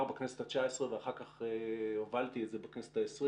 כבר בכנסת ה-19, ואחר כך הובלתי את זה בכנסת ה-20,